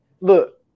look